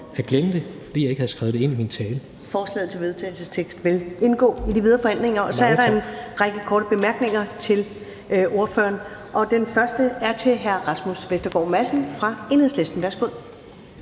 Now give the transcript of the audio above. at glemme det, fordi jeg ikke havde skrevet det ind i min tale). Tak. Forslaget til vedtagelse vil indgå i de videre forhandlinger. Så er der en række korte bemærkninger til ordføreren. Den første er fra hr. Rasmus Vestergaard Madsen fra Enhedslisten. Værsgo.